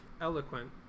eloquent